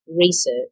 research